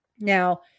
Now